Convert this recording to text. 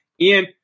Ian